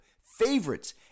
favorites